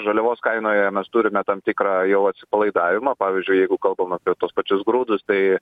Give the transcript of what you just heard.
žaliavos kainoje mes turime tam tikrą jau atsipalaidavimą pavyzdžiui jeigu kalbam apie tuos pačius grūdus tai